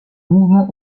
mouvement